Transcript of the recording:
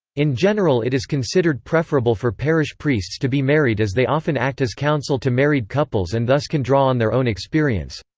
in general it is considered preferable for parish priests to be married as they often act as counsel to married couples and thus can draw on their own experience.